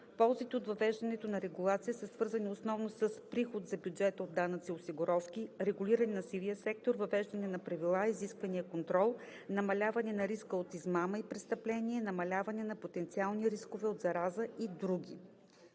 Ползите от въвеждането на регулация са свързани основно с: приход за бюджета от данъци и осигуровки; регулиране на сивия сектор; въвеждане на правила, изисквания и контрол; намаляване на риска от измама и престъпления; намаляване на потенциалните рискове от зараза и други.